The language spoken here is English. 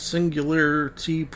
Singularity